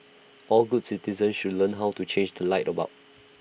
all good citizens should learn how to change the light bulb